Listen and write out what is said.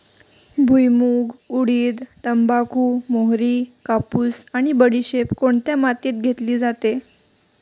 भुईमूग, उडीद, तंबाखू, मोहरी, कापूस आणि बडीशेप कोणत्या मातीत घेतली जाते?